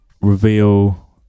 reveal